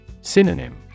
Synonym